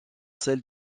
celle